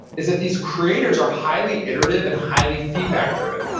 is that these creators are highly iterative, and highly feedback-driven.